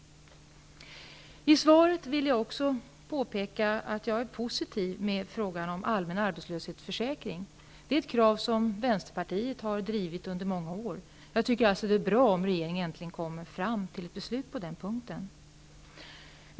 Jag är positiv till det som togs upp i svaret om allmän arbetslöshetsförsäkring. Det är ett krav som Vänsterpartiet under många år har drivit. Jag tycker alltså att det är bra att regeringen äntligen kommer fram till ett beslut på den punkten.